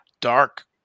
dark